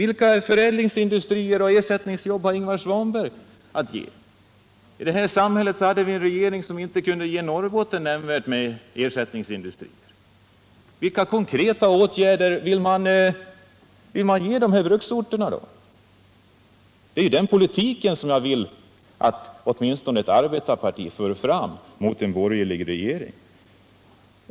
Vilka förädlingsindustrier och ersättningsjobb har Ingvar Svanberg att ge? I det här samhället hade vi en regering som inte kunde ge Norrbotten nämnvärt med ersättningsindustri. Vilka konkreta åtgärder vill man ge bruksorterna? Det är den politiken som jag vill att åtminstone ett arbetarparti för fram mot en borgerlig regering.